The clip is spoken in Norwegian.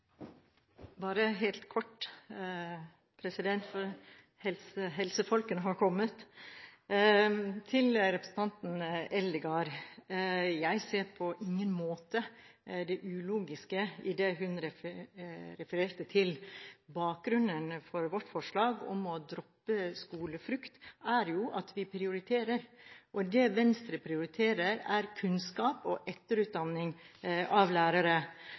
bare si helt kort – for helsefolkene har kommet – til representanten Eldegard: Jeg ser på ingen måte det ulogiske i det hun refererte til. Bakgrunnen for vårt forslag om å droppe skolefrukt er jo at vi prioriterer, og det Venstre prioriterer, er kunnskap og etterutdanning av lærere.